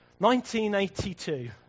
1982